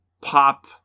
pop